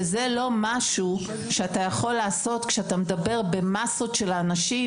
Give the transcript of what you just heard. שזה לא משהו שאתה יכול לעשות כשאתה מדבר במסות של אנשים